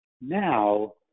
now